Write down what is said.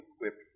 equipped